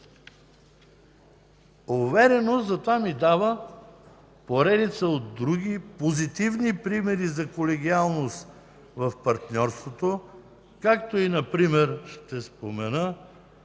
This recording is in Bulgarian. Увереност за това ми дава поредица от други позитивни примери за колегиалност в партньорството, както и например ще спомена